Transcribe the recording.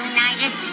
United